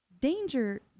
Danger